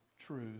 truth